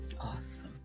Awesome